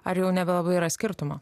ar jau nebelabai yra skirtumo